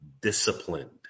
disciplined